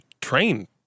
train